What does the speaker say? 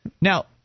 Now